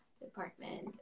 department